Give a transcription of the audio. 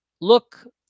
Look